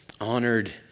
honored